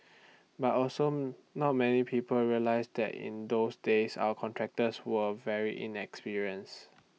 but also not many people realise that in those days our contractors were very inexperienced